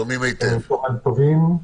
צוהריים טובים.